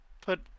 put